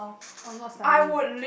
I'll not study